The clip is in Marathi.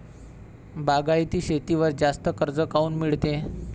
बागायती शेतीवर जास्त कर्ज काऊन मिळते?